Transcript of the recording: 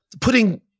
putting